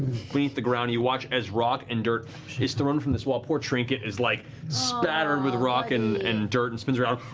beneath the ground. and you watch as rock and dirt is thrown from this wall. poor trinket is like spattered with rock and and dirt and spins around